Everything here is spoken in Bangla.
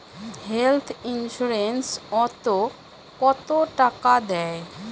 হেল্থ ইন্সুরেন্স ওত কত টাকা দেয়?